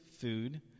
food